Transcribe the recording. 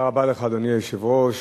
אדוני היושב-ראש,